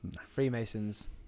Freemasons